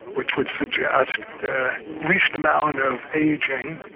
which would suggest the least amount of ageing,